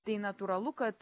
tai natūralu kad